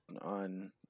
on